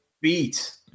beat